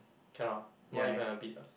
cannot ah not even a bit ah